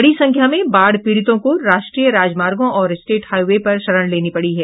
बड़ी संख्या में बाढ़ पीड़ितों को राष्ट्रीय राजमार्गों और स्टेट हाईवे पर शरण लेनी पड़ी है